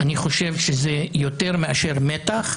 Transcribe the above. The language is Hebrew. אני חושב שזה יותר מאשר מתח.